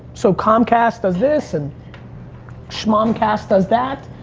so comcast does this and schmomcast does that.